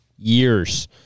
Years